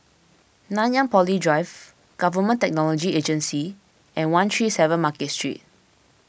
Nanyang Poly Drive Government Technology Agency and one three seven Market Street